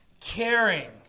Caring